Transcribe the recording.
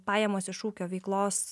pajamos iš ūkio veiklos